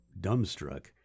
dumbstruck